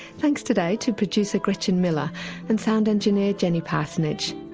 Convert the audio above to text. thanks today to producer gretchen miller and sound engineer jenny parsonage.